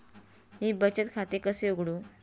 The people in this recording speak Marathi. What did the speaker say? मी बचत खाते कसे उघडू?